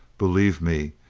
be lieve me,